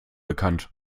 bekannt